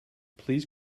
please